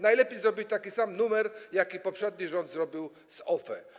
Najlepiej zrobić taki numer, jaki poprzedni rząd zrobił z OFE.